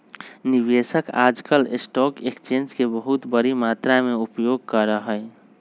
निवेशक आजकल stock exchange के बहुत बडी मात्रा में उपयोग करा हई